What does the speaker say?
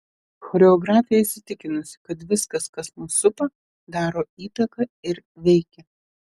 choreografė įsitikinusi kad viskas kas mus supa daro įtaką ir veikia